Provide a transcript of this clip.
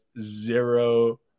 zero